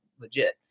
legit